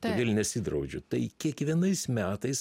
todėl nesidraudžiu tai kiekvienais metais